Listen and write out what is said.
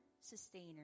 Sustainer